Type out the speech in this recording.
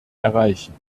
erreichen